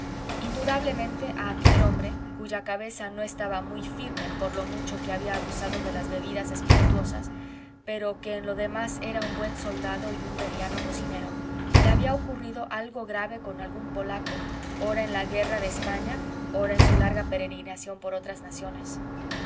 a aquel hombre cuya cabeza no estaba muy firme por lo mucho que había abusado de las bebidas espirituosas pero que en lo demás era un buen soldado y un mediano cocinero le había ocurrido algo grave con algún polaco ora en la guerra de españa ora en su larga peregrinación por otras naciones